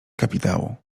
kapitału